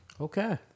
Okay